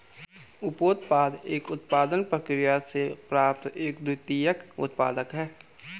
उपोत्पाद एक उत्पादन प्रक्रिया से प्राप्त एक द्वितीयक उत्पाद है